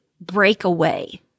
breakaway